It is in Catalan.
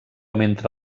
mentre